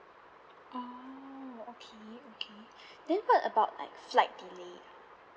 orh okay okay then what about like flight delay